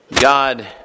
God